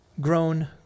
grown